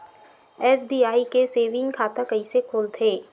SBI के saving खाता कइसे खोलथे?